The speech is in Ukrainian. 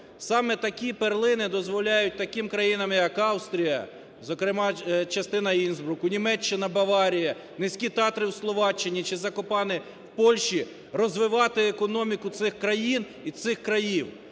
Саме такі перлини дозволяють таким країнам як Австрія, зокрема, частина Інсбруку, Німеччина – Баварія, Низькі Татри у Словаччині, чи Закопане у Польщі, розвивати економіку цих країн і цих країв.